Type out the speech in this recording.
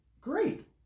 Great